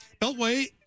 Beltway